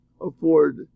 afford